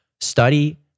study